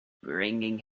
bringing